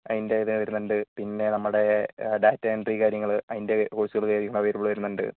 അതിൻ്റെ ഇത് വരുന്നുണ്ട് പിന്നെ നമ്മുടെ ഡാറ്റ എൻട്രി കാര്യങ്ങൾ അതിൻ്റെ കോഴ്സുകൾ കാര്യങ്ങൾ അവൈലബിൾ വരുന്നുണ്ട്